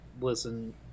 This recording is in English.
Listen